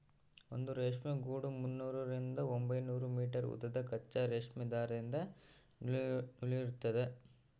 ಒಂದು ರೇಷ್ಮೆ ಗೂಡು ಮುನ್ನೂರರಿಂದ ಒಂಬೈನೂರು ಮೀಟರ್ ಉದ್ದದ ಕಚ್ಚಾ ರೇಷ್ಮೆ ದಾರದಿಂದ ನೂಲಿರ್ತದ